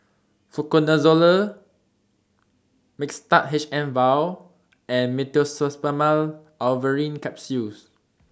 Fluconazole Mixtard H M Vial and Meteospasmyl Alverine Capsules